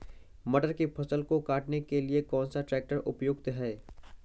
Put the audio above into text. मटर की फसल को काटने के लिए कौन सा ट्रैक्टर उपयुक्त है?